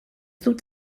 dut